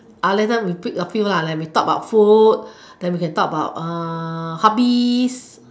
uh later we pick a few ah like we talk about food then we can talk about hobbies